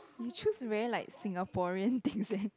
you choose very like Singaporean things eh